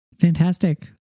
Fantastic